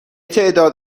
تعداد